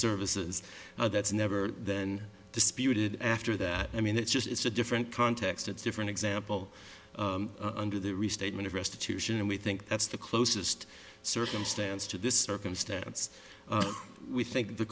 services now that's never then disputed after that i mean it's just it's a different context it's different example under the restatement of restitution and we think that's the closest circumstance to this circumstance we think the